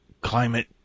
climate